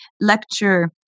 lecture